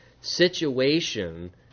situation